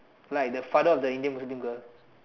like the father of the Indian Muslim girl